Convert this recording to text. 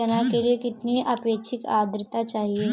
चना के लिए कितनी आपेक्षिक आद्रता चाहिए?